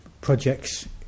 projects